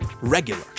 regular